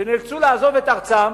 שנאלצו לעזוב את ארצם,